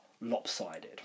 lopsided